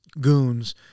goons